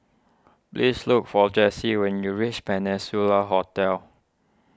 please look for Jessi when you reach Peninsula Hotel